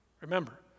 Remember